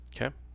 Okay